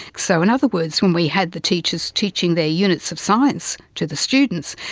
so in other words, when we had the teachers teaching their units of science to the students,